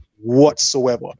whatsoever